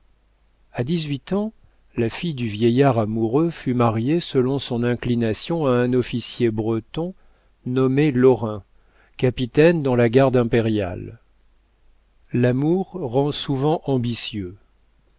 a dix-huit ans la fille du vieillard amoureux fut mariée selon son inclination à un officier breton nommé lorrain capitaine dans la garde impériale l'amour rend souvent ambitieux